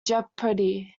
jeopardy